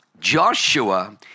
Joshua